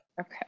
Okay